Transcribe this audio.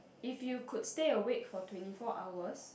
if you could stay awake for twenty four hours